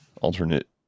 alternate